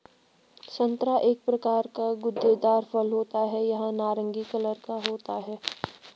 संतरा एक प्रकार का गूदेदार फल होता है यह नारंगी कलर का होता है